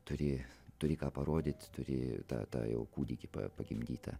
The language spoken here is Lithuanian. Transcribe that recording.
turi turi ką parodyt turėjo tą tą jau kūdikį pagimdytą